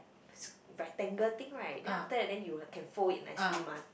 sq~ rectangle thing right then after and then you can fold it nicely mah